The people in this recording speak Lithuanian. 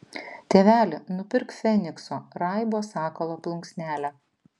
tėveli nupirk fenikso raibo sakalo plunksnelę